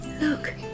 Look